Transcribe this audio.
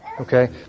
Okay